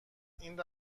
این